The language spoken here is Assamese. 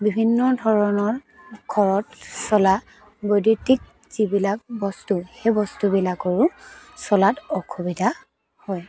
বিভিন্ন ধৰণৰ ঘৰত চলা বৈদ্য়ুতিক যিবিলাক বস্তু সেই বস্তুবিলাকৰো চলাত অসুবিধা হয়